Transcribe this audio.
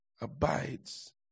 abides